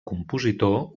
compositor